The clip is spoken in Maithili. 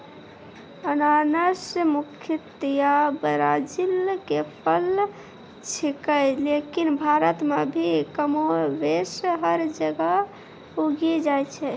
अनानस मुख्यतया ब्राजील के फल छेकै लेकिन भारत मॅ भी कमोबेश हर जगह उगी जाय छै